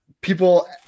People